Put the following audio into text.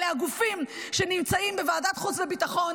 אלה הגופים שנמצאים בוועדת חוץ וביטחון